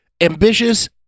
ambitious